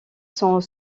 sont